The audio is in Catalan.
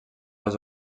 les